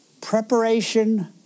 preparation